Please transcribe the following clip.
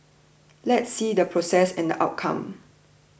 let's see the process and the outcome